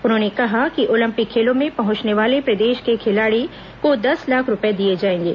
उन्होंने कहा कि ओलंपिक खेलों में पहुंचने वाले प्रदेश के खिलाड़ी को दस लाख रूपये दिए जाएंगे